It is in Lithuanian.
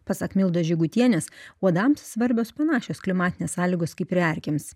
pasak mildos žygutienės uodams svarbios panašios klimatinės sąlygos kaip ir erkėms